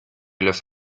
los